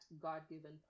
God-given